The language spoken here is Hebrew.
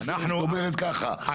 זאת אומרת ככה,